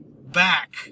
back